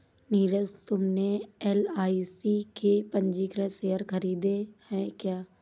नीरज तुमने एल.आई.सी के पंजीकृत शेयर खरीदे हैं क्या?